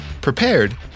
prepared